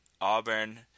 Auburn